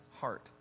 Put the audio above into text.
heart